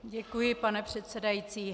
Děkuji, pane předsedající.